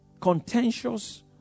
Contentious